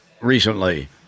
recently